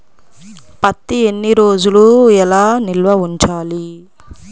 పత్తి ఎన్ని రోజులు ఎలా నిల్వ ఉంచాలి?